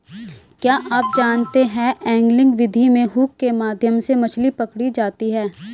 क्या आप जानते है एंगलिंग विधि में हुक के माध्यम से मछली पकड़ी जाती है